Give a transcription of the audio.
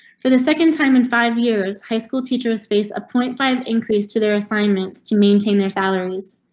for the second time in five years, high school teachers space a point five increase to their assignments to maintain their salaries.